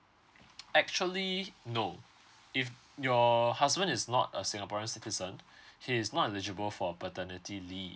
actually no if your husband is not a singaporean citizen he's not eligible for paternity leave